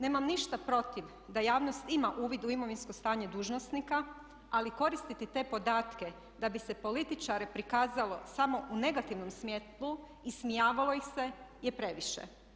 Nemam ništa protiv da javnost ima uvid u imovinsko stanje dužnosnika, ali koristiti te podatke da bi se političare prikazalo samo u negativnom svjetlu, ismijavalo ih se je previše.